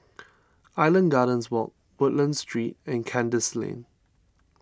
Island Gardens Walk Woodlands Street and Kandis Lane